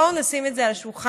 בואו נשים את זה על השולחן: